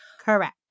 Correct